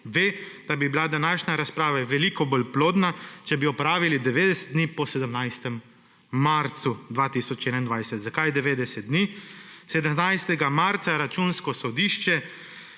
ve, da bi bila današnja razprava veliko bolj plodna, če bi jo opravili 90 dni po 17. marcu 2021. Zakaj 90 dni? 17. marca je Računsko sodišče